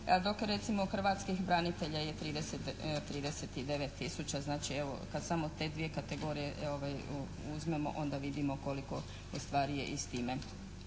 dok recimo hrvatskih branitelja je 39 tisuća. Znači kad samo te dvije kategorije uzmemo onda vidimo koliko ustvari je i s time